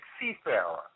Seafarer